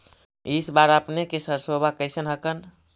इस बार अपने के सरसोबा कैसन हकन?